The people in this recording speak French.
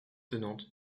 tenante